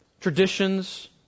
Traditions